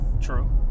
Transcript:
True